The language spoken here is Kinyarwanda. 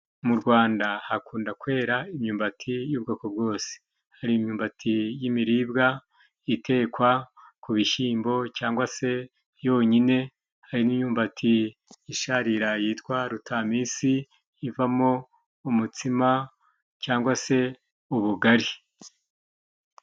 Mu Rwanda hakunda kwera imyumbati y'ubwoko bwose, hari imyumbati y'imiribwa itekwa ku bishimbo cyangwa se yonyine, hari n'imyumbati isharira yitwa rutamisi ivamo umutsima cyangwa se ubugari.